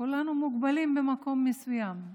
כולנו מוגבלים במקום מסוים,